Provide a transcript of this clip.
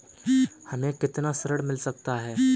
हमें कितना ऋण मिल सकता है?